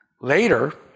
later